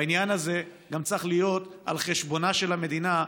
והעניין הזה גם צריך להיות על חשבונה של המדינה,